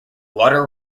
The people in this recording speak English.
water